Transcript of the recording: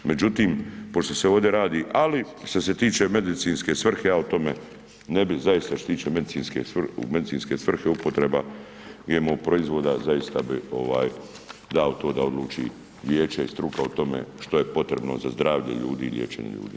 Međutim, pošto se ovdje radi, ali što se tiče medicinske svrhe, ja o tome ne bi zaista što se tiče medicinske svrhe, upotreba GMO proizvoda zaista bi dao to da odluči vijeće i struka o tome što je potrebno za zdravlje ljudi i liječenje ljudi.